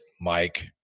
Mike